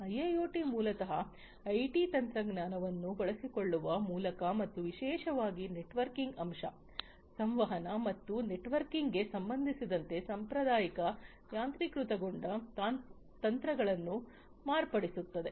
IIoT ಮೂಲತಃ IT ತಂತ್ರಜ್ಞಾನವನ್ನು ಬಳಸಿಕೊಳ್ಳುವ ಮೂಲಕ ಮತ್ತು ವಿಶೇಷವಾಗಿ ನೆಟ್ವರ್ಕಿಂಗ್ ಅಂಶ ಸಂವಹನ ಮತ್ತು ನೆಟ್ವರ್ಕಿಂಗ್ಗೆ ಸಂಬಂಧಿಸಿದಂತೆ ಸಾಂಪ್ರದಾಯಿಕ ಯಾಂತ್ರೀಕೃತಗೊಂಡ ತಂತ್ರಗಳನ್ನು ಮಾರ್ಪಡಿಸುತ್ತದೆ